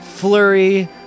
flurry